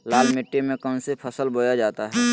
लाल मिट्टी में कौन सी फसल बोया जाता हैं?